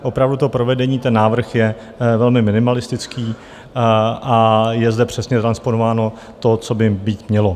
Opravdu to provedení, ten návrh je velmi minimalistický a je zde přesně transponováno to, co by být mělo.